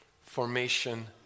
Formation